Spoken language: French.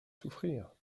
souffrir